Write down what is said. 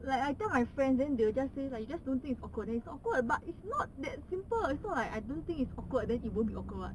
like I tell my friend then they will just say like just don't think it's awkward then it's awkward but it's not that simple it's not like I I don't think it's awkward then he won't be awkward [what]